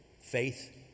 faith